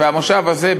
והמושב הזה,